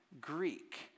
Greek